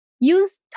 Use